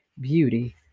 beauty